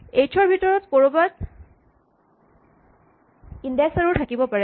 H ৰ ভিতৰত ক'ৰবাত ইনডেক্স এৰ'ৰ থাকিব পাৰে